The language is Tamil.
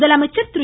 முதலமைச்சர் திரு